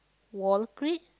wall creed